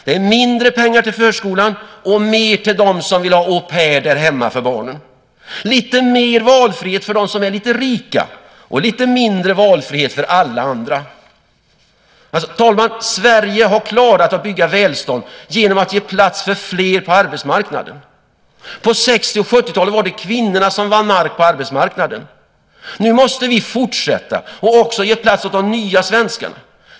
Det är mindre pengar till förskolan och mer pengar till dem som vill ha au pair där hemma för barnen. Lite mer valfrihet för dem som är lite rika och lite mindre valfrihet för alla andra. Sverige har klarat att bygga välstånd genom att ge plats för fler på arbetsmarknaden. På 60 och 70-talen var det kvinnorna som vann mark på arbetsmarknaden. Nu måste vi fortsätta och också ge plats åt de nya svenskarna.